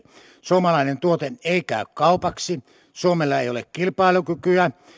suomalainen tuote ei käy kaupaksi suomella ei ole kilpailukykyä